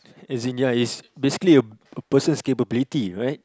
as in ya is basically a person capability right